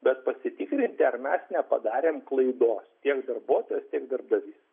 bet pasitikrinti ar mes nepadarėm klaidos tiek darbuotojas tiek darbdavys